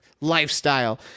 lifestyle